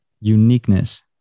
uniqueness